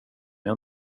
mig